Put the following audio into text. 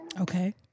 Okay